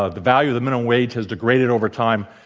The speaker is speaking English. ah the value of the minimum wage has degraded over time.